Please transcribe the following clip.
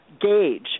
gauge